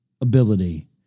ability